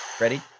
Ready